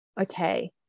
okay